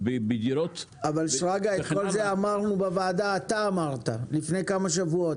בדירות כאלה --- אתה כל זה אמרת בוועדה לפני כמה שבועות,